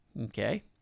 okay